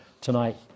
tonight